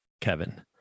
Kevin